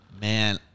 man